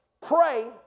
pray